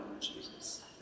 Jesus